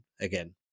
again